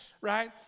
right